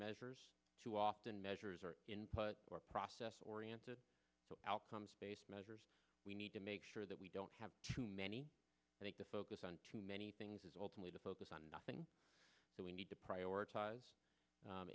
measures too often measures or input or process oriented outcomes based measures we need to make sure that we don't have too many i think the focus on too many things is ultimately to focus on the thing that we need to prioritize